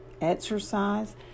exercise